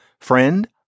friend